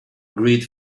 great